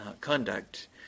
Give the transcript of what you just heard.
conduct